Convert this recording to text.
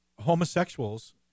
homosexuals